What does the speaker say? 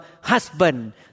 husband